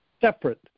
separate